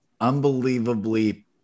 unbelievably